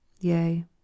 Yea